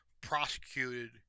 prosecuted